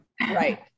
Right